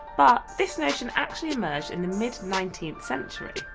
but this notion actually emerged in the mid nineteenth century.